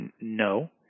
no